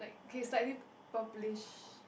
okay slightly purplish